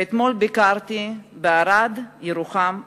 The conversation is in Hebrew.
ואתמול ביקרתי בערד, בירוחם ובדימונה.